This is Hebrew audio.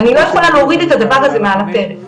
אבל אני לא יכולה להוריד את הדבר הזה מעל הפרק.